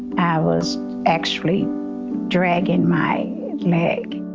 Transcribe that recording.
i was actually dragging my leg,